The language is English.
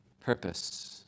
purpose